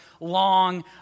long